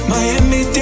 Miami